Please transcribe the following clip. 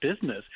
business